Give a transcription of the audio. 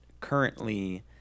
currently